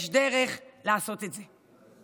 יש דרך לעשות את זה.